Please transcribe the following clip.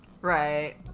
Right